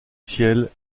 ciel